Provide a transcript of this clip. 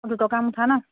দুটকা মুঠা ন'